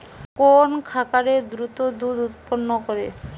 কোন খাকারে দ্রুত দুধ উৎপন্ন করে?